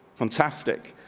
fantastic.